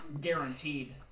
guaranteed